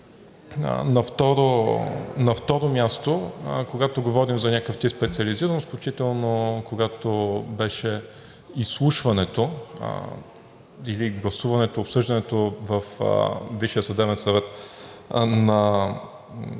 На второ място, когато говорим за някакъв тип специализираност, включително когато беше изслушването или гласуването, обсъждането във Висшия съдебен съвет на предложението